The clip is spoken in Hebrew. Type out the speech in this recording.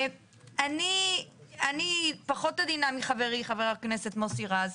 אני פחות עדינה מחברי חבר הכנסת מוסי רז.